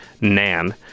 Nan